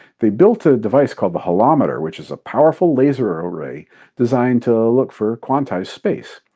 they built a device called the holometer, which is a powerful laser array designed to look for quantized space.